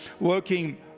working